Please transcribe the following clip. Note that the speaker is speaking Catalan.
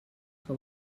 que